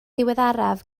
diweddaraf